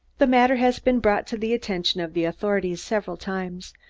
the matter has been brought to the attention of the authorities several times,